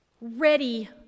ready